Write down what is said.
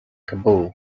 kabul